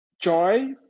joy